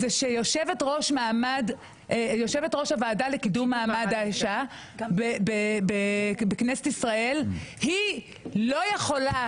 זה שיושבת ראש הוועדה לקידום מעמד האישה בכנסת ישראל לא יכולה